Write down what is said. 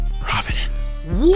providence